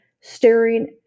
staring